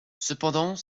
cependant